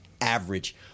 average